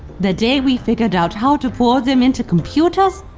the day we figured out how to pour them into computers,